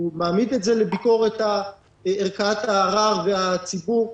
הוא מעמיד את זה לביקורת ערכאת הערר והציבור.